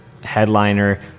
headliner